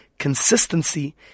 Consistency